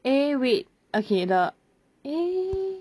eh wait okay the eh